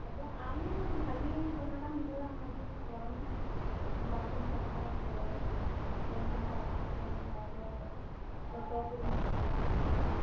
ᱟᱫᱚ ᱟᱢ ᱵᱷᱟᱜᱮ ᱡᱟᱦᱟᱸᱴᱟᱢ ᱵᱩᱡᱷᱟᱣᱮᱜᱼᱟ ᱚᱱᱟᱜᱮ ᱠᱚᱨᱟᱣᱢᱮ ᱪᱮᱫ ᱵᱟᱥᱛᱮᱢ ᱪᱟᱞᱟᱜᱼᱟ ᱥᱮ ᱴᱨᱮᱱᱛᱮᱢ ᱪᱟᱞᱟᱜᱼᱟ ᱥᱮ ᱱᱮᱛᱟᱨ ᱫᱚ ᱴᱚᱴᱚ ᱠᱩᱡ ᱦᱮᱱᱟᱜ ᱠᱟᱫᱟ